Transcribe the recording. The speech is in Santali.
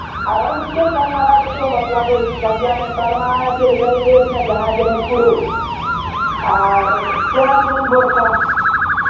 ᱟᱨᱚ ᱱᱤᱝᱠᱟᱹ ᱜᱟᱞᱢᱟᱨᱟᱣ ᱠᱟᱛᱮ ᱦᱚᱸ ᱵᱟᱯᱞᱟ ᱫᱚ ᱦᱩᱭᱩᱜ ᱠᱟᱱ ᱜᱮᱭᱟ ᱟᱨ ᱱᱮᱛᱟᱨ ᱢᱟ ᱪᱮᱫ ᱞᱮᱠᱟᱞᱤᱧ ᱞᱟᱹᱭᱟᱵᱤᱱᱟ ᱡᱟᱦᱟᱸᱭ ᱡᱮᱢᱚᱱ ᱠᱩᱲᱟᱹᱣ ᱟᱨ ᱡᱟᱦᱟᱸᱭ ᱡᱮᱢᱚᱱ ᱵᱚᱨᱥᱟ